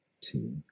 two